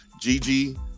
Gigi